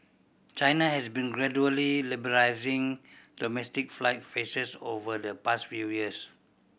China has been gradually liberalising domestic flight faces over the past few years